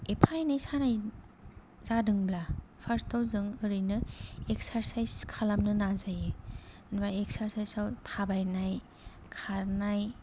एफा एनै सानाय जादोंब्ला फार्सआव जों ओरैनो एक्सरसाइज खालामनो नाजायो होनबा एक्सरसाइजआव थाबायनाय खारनाय